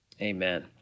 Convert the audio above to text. Amen